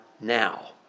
now